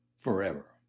forever